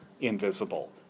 invisible